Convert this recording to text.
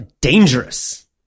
dangerous